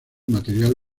material